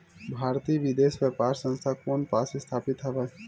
भारतीय विदेश व्यापार संस्था कोन पास स्थापित हवएं?